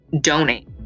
donate